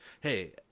Hey